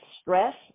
stress